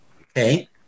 okay